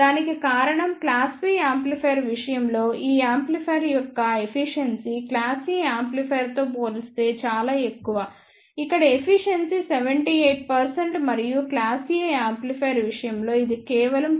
దానికి కారణం class B amplifier విషయంలో ఈ యాంప్లిఫైయర్ యొక్క ఎఫిషియెన్సీ క్లాస్ A యాంప్లిఫైయర్తో పోలిస్తే చాలా ఎక్కువ ఇక్కడ ఎఫిషియెన్సీ 78 మరియు క్లాస్ A యాంప్లిఫైయర్ విషయంలో ఇది కేవలం 25